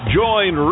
join